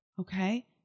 Okay